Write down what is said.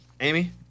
Amy